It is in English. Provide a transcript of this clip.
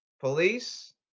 police